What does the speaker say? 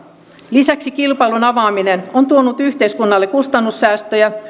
lisäksi kilpailun avaaminen on tuonut yhteiskunnalle kustannussäästöjä